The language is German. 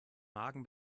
magen